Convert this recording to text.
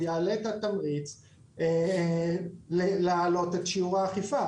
הוא יעלה את התמריץ להעלות את שיעור האכיפה.